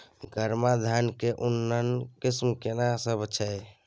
गरमा धान के उन्नत किस्म केना सब छै?